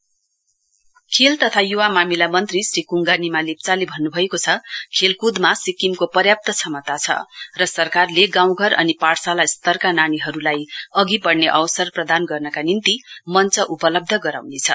NYK खेल तथा युवा मामिला मन्त्री श्री कुङ्गा निमा लेप्चाले भन्नुभएको छ खेलकुदमा सिक्किमको पर्याप्त क्षमता छ र सरकारले गाउँघर अनि पाठशाला स्तरका नानीहरूलाई अघि बढ्ने अवसर प्रदान गर्नका निम्ति मञ्च उपलब्ध गराउनेछ